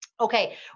Okay